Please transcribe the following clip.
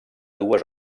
dues